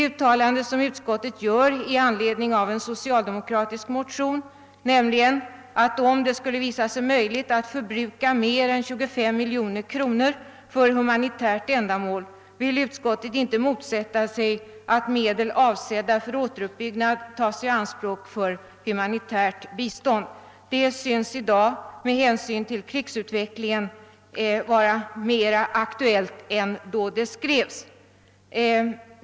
Utskottet uttalar i anledning av en socialdemokratisk motion: »Skulle det visa sig möjligt att under budgetåret förbruka mer än 25 milj.kr. för detta ändamål, vill utskottet för sin del inte motsätta sig att de medel som är avsedda för återuppbyggnadsbistånd efter krigets slut i viss utsträckning tas i anspråk för humanitärt bistånd under budgetåret 1970/71.« Detta synes i dag med hänsyn till krigets utveckling vara mer aktuellt än då det skrevs.